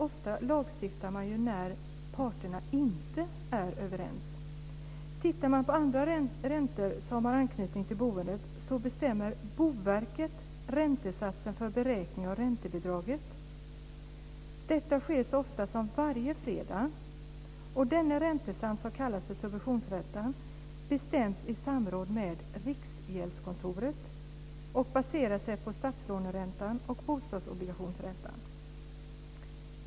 Ofta lagstiftar man när parterna inte är överens. Tittar vi på andra räntor som har anknytning till boendet ser vi att Boverket bestämmer räntesatsen för beräkning av räntebidraget. Detta sker så ofta som varje fredag, och denna räntesats som kallas subventionsräntan bestäms i samråd med Riksgäldskontoret och baserar sig på statslåneräntan och bostadsobligationsräntan.